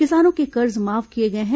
किसानों के कर्ज माफ किए गए हैं